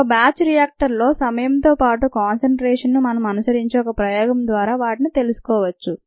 ఒక batch reactor లో సమయం తో పాటు కాన్సన్ట్రేషన్ను మనం అనుసరించే ఒక ప్రయోగం ద్వారా వాటిని తెలుసుకోవచ్చు